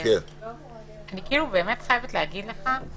אני חייבת לומר לך,